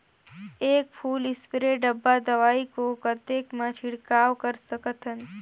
एक full spray डब्बा दवाई को कतेक म छिड़काव कर सकथन?